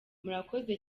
murakoze